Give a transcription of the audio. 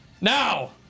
Now